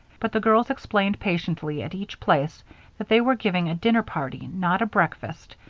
but the girls explained patiently at each place that they were giving a dinner party, not a breakfast,